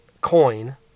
coin